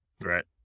Right